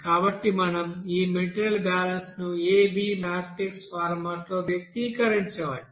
కాబట్టి మనం ఈ మెటీరియల్ బ్యాలెన్స్ను a b మ్యాట్రిక్స్ ఫార్మాటు లో వ్యక్తీకరించవచ్చు